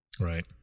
right